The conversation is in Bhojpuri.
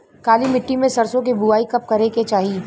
काली मिट्टी में सरसों के बुआई कब करे के चाही?